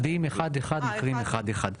מצביעים אחד אחד, מקריאים אחד אחד.